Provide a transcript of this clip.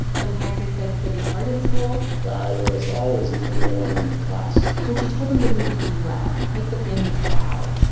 when frances said study hard in school. i was always number one in the class when she told them to move to the u s, make the family proud,